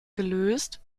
gelöst